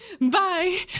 bye